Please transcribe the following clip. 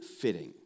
fitting